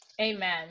Amen